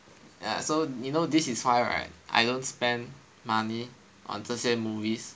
ya so you know this is why right I don't spend money on 这些 movies